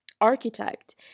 architect